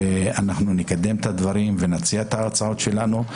ואנחנו נקדם את הדברים ונציע את ההצעות שלנו.